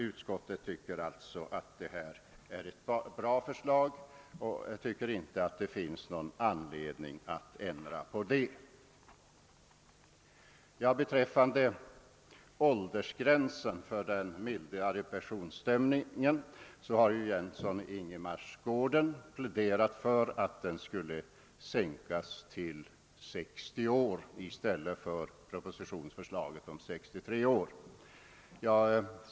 Utskottet tycker alltså att detta förslag är bra och menar att det inte finns någon anledning att ändra på det. Vad beträffar åldersgränsen i de mildrade bestämmelserna för pensionsålderns inträde har herr Jönsson i Ingemarsgården pläderat för en sänkning till 60 år i stället för i propositionen föreslagna 63 år.